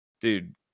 dude